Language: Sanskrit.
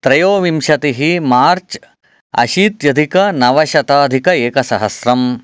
त्रयोविंशतिः मार्च् अशीत्यधिक नवशताधिक एकसहस्रम्